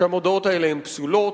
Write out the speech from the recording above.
שהמודעות האלה הן פסולות,